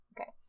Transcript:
Okay